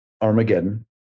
armageddon